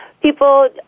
people